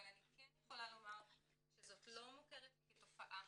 אבל אני כן יכולה לומר שזה לא מוכר לי כתופעה,